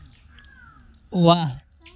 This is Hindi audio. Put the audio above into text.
वाह